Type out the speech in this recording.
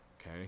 Okay